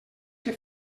que